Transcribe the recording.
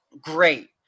Great